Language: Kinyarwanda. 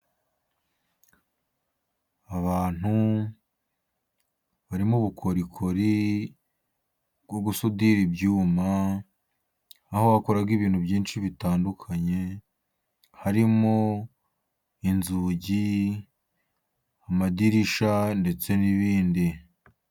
Abantu bari mu bukorikori bwo gusudira ibyuma, aho bakora ibintu byinshi bitandukanye, harimo inzugi, amadirisha ndetse n'ibindi.